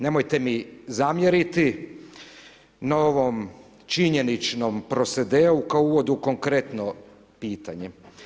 Nemojte mi zamjeriti na ovom činjeničnom prosedeu kao uvod u konkretno pitanje.